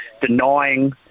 denying